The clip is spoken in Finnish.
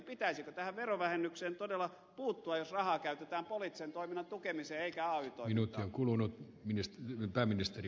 pitäisikö tähän verovähennykseen todella puuttua jos rahaa käytetään poliittisen toiminnan tukemiseen eikä ay toimintaan